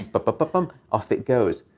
but but but bump, off it goes.